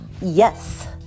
Yes